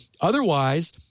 Otherwise